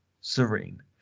serene